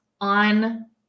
on